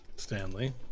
Stanley